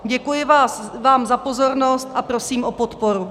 Děkuji vám za pozornost a prosím o podporu.